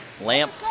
Lamp